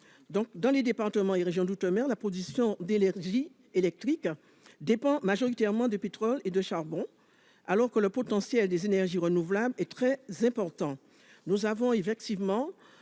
Dans les départements et régions d'outre-mer, la production électrique dépend majoritairement du pétrole et du charbon, alors que le potentiel des énergies renouvelables est très important.